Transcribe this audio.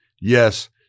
Yes